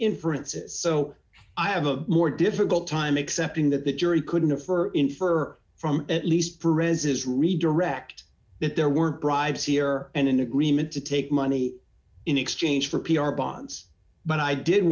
inferences so i have a more difficult time accepting that the jury couldn't a for infer from at least for rezzes redirect that there were bribes here and an agreement to take money in exchange for p r bonds but i didn't